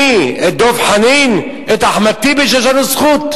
את דב חנין, את אחמד טיבי, שיש לנו זכות?